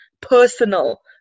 personal